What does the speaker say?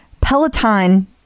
Peloton